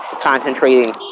concentrating